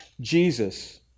Jesus